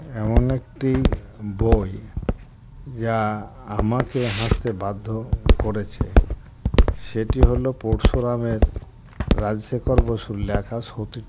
এমন একটি বই যা আমাকে হাসতে বাধ্য করেছে সেটি হলো পরশুরামের রাজশেখর বসুর লেখা সতীর্থ